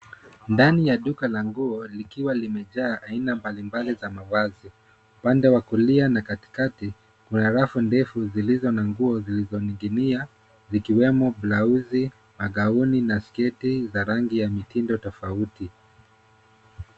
Ndani ya duka la nguo likiwa limejaa aina mbali mbali za mavazi. Upande wa kulia na kati kati kuna rafu ndefu zilizo na nguo zilizoning'inia zikiwemo blausi, magauni na sketi za rangi ya mitindo tofauti.